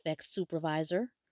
supervisor